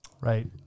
right